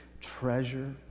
treasure